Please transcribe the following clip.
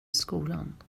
skolan